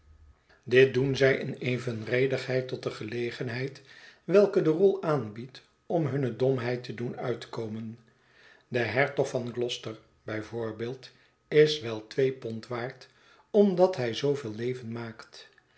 dit doen zij in evenredigheid tot de gelegenheid welke de rol aanbiedt om hunne domheid te doen uitkomen de hertog van gloster bij voorbeeld is wel twee pond waard omdat hij zooveel leven maakt